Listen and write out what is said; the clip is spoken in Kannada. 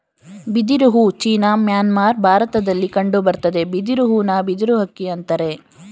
ಬಿದಿರು ಹೂ ಚೀನಾ ಮ್ಯಾನ್ಮಾರ್ ಭಾರತದಲ್ಲಿ ಕಂಡುಬರ್ತದೆ ಬಿದಿರು ಹೂನ ಬಿದಿರು ಅಕ್ಕಿ ಅಂತರೆ